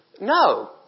No